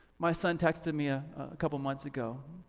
my son texted me a couple months ago,